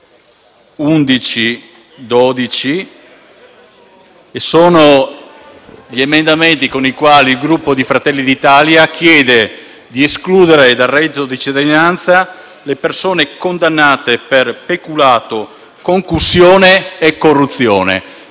2.10, 2.11 e 2.12, con i quali il Gruppo Fratelli d'Italia chiede di escludere dal reddito di cittadinanza le persone condannate per peculato, concussione e corruzione.